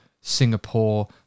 Singapore